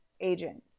agents